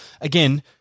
Again